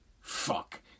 Fuck